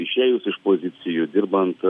išėjus iš pozicijų dirbant